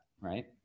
Right